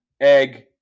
egg